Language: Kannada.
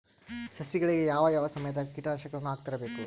ಸಸಿಗಳಿಗೆ ಯಾವ ಯಾವ ಸಮಯದಾಗ ಕೇಟನಾಶಕಗಳನ್ನು ಹಾಕ್ತಿರಬೇಕು?